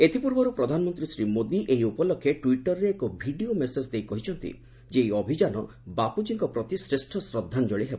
ଏଥିପୂର୍ବରୁ ପ୍ରଧାନମନ୍ତ୍ରୀ ଶ୍ରୀ ମୋଦି ଏହି ଉପଲକ୍ଷେ ଟୁଇଟରରେ ଏକ ଭିଡିଓ ମାସେଜ ଦେଇ କହିଛନ୍ତି ଏହି ଅଭିଯାନ ବାପୁଜୀଙ୍କ ପ୍ରତି ଶ୍ରେଷ୍ଠ ଶ୍ରଦ୍ଧାଞ୍ଜଳି ହେବ